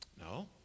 No